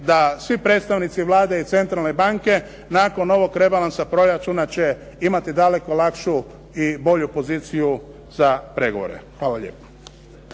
da svi predstavnici Vlade i Centralne banke nakon ovog rebalansa proračuna će imati daleko lakšu i bolju poziciju za pregovore. Hvala lijepo.